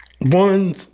One